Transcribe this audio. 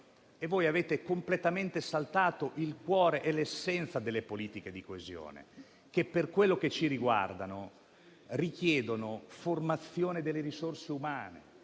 e voi avete completamente saltato il cuore e l'essenza delle politiche di coesione, che, per quello che ci riguarda, richiedono formazione delle risorse umane.